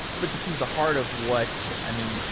but this is the heart of what i mean,